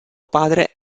padre